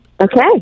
Okay